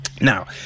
Now